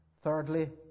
Thirdly